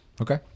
Okay